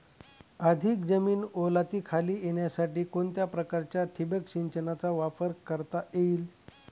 अधिक जमीन ओलिताखाली येण्यासाठी कोणत्या प्रकारच्या ठिबक संचाचा वापर करता येईल?